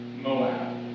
Moab